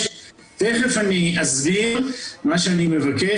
תיכף אסביר מה אני מבקש.